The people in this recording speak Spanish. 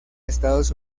estados